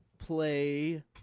play